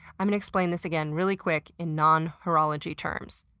i'mma explain this again, really quick, in non-horology terms.